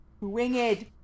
Winged